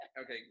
Okay